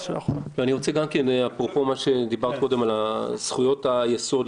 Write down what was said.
רפואיים או משפטיים.